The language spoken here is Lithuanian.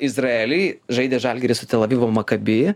izraelį žaidė žalgiris siu tel avivo maccabi